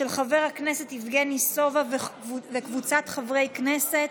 של חבר הכנסת יבגני סובה וקבוצת חברי הכנסת.